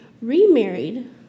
remarried